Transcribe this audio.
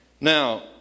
Now